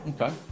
Okay